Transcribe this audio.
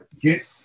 Get